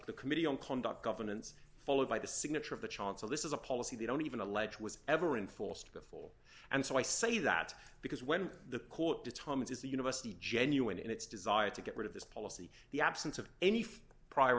the committee on conduct governance followed by the signature of the chance of this is a policy they don't even allege was ever in force to before and so i say that because when the court determines is the university genuine in its desire to get rid of this policy the absence of any prior